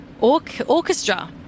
orchestra